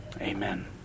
Amen